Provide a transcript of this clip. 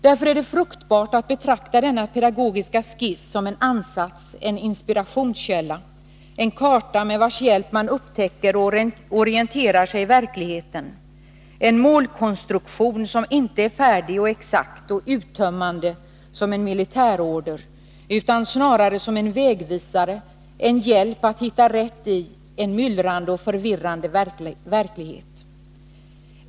Därför är det fruktbart att betrakta denna pedagogiska skiss som en ansats, en inspirationskälla, en karta, med vars hjälp man upptäcker och orienterar sig i verkligheten, en målkonstruktion som inte är färdig, exakt och uttömmande som en militärorder, utan som snarare fungerar som en vägvisare, en hjälp att hitta rätt i en myllrande och förvirrande verklighet.